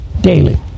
daily